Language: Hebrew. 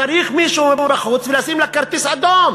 צריך מישהו מבחוץ לשים לה כרטיס אדום